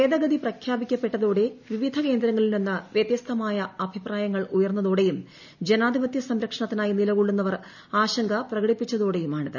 ഭേദഗതി പഖ്യാപിക്കപ്പെട്ടതോടെ വിവിധ കേന്ദ്രങ്ങളിൽ നിന്ന് വ്യത്യസ്തമായ അഭിപ്രായങ്ങൾ ഉയർന്നതോടെയും ജനാധിപത്യ സംരക്ഷണത്തിനായി നിലക്കൊള്ളുന്നവർ ആശങ്ക പ്രകടിപ്പിതൊടയുമാണിത്